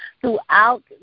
throughout